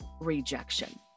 rejection